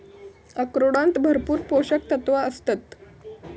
अक्रोडांत भरपूर पोशक तत्वा आसतत